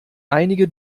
einige